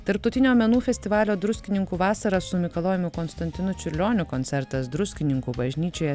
tarptautinio menų festivalio druskininkų vasara su mikalojumi konstantinu čiurlioniu koncertas druskininkų bažnyčioje